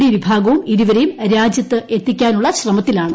D വിഭാഗവും ഇരുവരെയും രാജ്യത്ത് എത്തിക്കാനുള്ള ശ്രമത്തിലാണ്